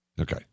okay